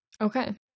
Okay